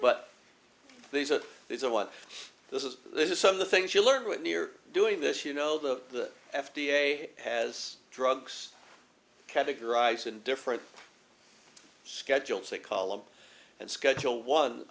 but these are these are what this is this is some of the things you learn when near doing this you know the f d a has drugs categorized in different schedules they call them and schedule one